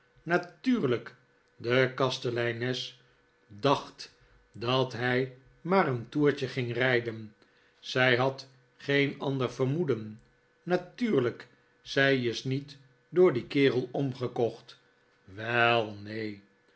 natuurlijk de kasteleines dacht dat hij maar een toertje ging rijden zij had geen ander vermoeden natuurlijk zij is niet door dien kerel omgekocht wel neen